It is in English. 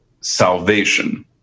salvation